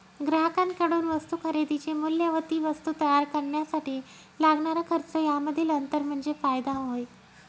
ग्राहकांकडून वस्तू खरेदीचे मूल्य व ती वस्तू तयार करण्यासाठी लागणारा खर्च यामधील अंतर म्हणजे फायदा होय